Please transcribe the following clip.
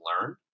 learn